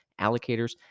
allocators